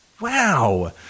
wow